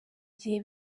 gihe